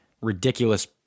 ridiculous